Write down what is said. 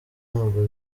ntabwo